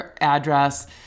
address